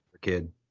kid